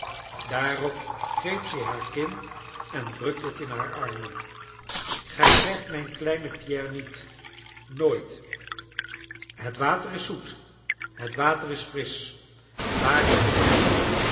daarop greep zij haar kind en drukte het in haar armen gij krijgt mijn kleinen pierre niet nooit het water is zoet het water is frisch waar is de weg